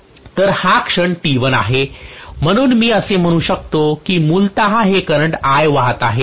तर हा क्षण t1 आहे म्हणून मी असे म्हणू शकतो कि मूलतः हे करंट I वाहत होते